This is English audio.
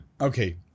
Okay